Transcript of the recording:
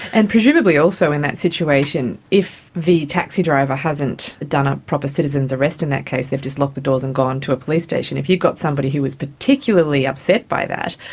and presumably also in that situation if the taxi driver hasn't hasn't done a proper citizen's arrest in that case, they've just locked the doors and gone to a police station, if you've got somebody who was particularly upset by that,